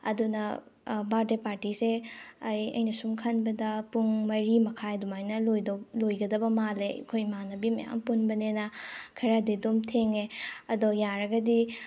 ꯑꯗꯨꯅ ꯕꯔꯗꯦ ꯄꯥꯔꯇꯤꯁꯦ ꯑꯩ ꯑꯩꯅ ꯁꯨꯝ ꯈꯟꯕꯗ ꯄꯨꯡ ꯃꯔꯤ ꯃꯈꯥꯏ ꯑꯗꯨꯃꯥꯏꯅ ꯂꯣꯏꯒꯗꯕ ꯃꯦꯜꯂꯦ ꯑꯩꯈꯣꯏ ꯏꯃꯥꯟꯅꯕꯤ ꯃꯌꯥꯝ ꯄꯨꯟꯕꯅꯤꯅ ꯈꯔꯗꯤ ꯑꯗꯨꯝ ꯊꯦꯡꯉꯦ ꯑꯗꯣ ꯌꯥꯔꯒꯗꯤ